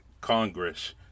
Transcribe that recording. Congress